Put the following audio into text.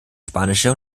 spanische